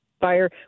fire